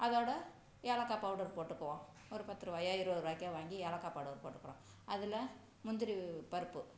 அதோடு ஏலக்காய் பவுடர் போட்டுக்குவோம் ஒரு பத்து ரூபாவாயோ இருபது ரூபாய்க்கோ வாங்கி ஏலக்காய் பவுடர் போட்டுக்குறோம் அதில் முந்திரி பருப்பு